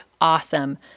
awesome